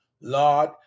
Lord